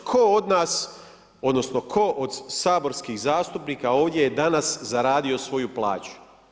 Tko od nas, odnosno tko od saborskih zastupnika ovdje je danas zaradio svoju plaću?